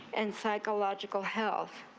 and psychological health.